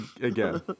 again